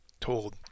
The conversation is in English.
told